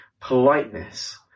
politeness